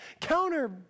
counter